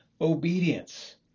obedience